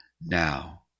now